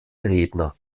redner